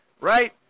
right